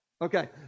Okay